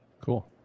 Cool